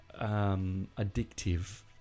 addictive